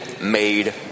made